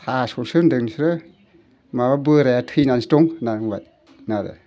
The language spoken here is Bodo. थास'सो होन्दों नोंसोरो माबा बोरायानो थैनानैसो दं होननानै बुंबायनो आरो